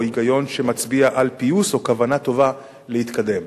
או היגיון שמצביע על פיוס או כוונה טובה להתקדם.